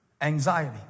Anxiety